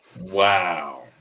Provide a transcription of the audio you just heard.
Wow